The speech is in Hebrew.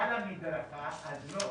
על המדרכה, אז לא.